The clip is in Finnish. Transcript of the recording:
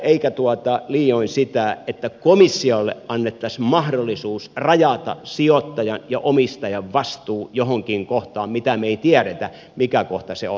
eikä liioin sitä että komissiolle annettaisiin mahdollisuus rajata sijoittajan ja omistajan vastuu johonkin kohtaan mitä me emme tiedä mikä kohta se on